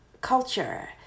culture